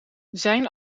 zijn